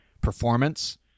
performance